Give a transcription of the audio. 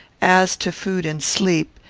as to food and sleep,